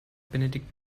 benedikt